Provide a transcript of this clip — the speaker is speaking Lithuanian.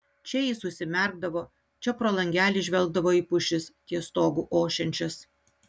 čia jis užsimerkdavo čia pro langelį žvelgdavo į pušis ties stogu ošiančias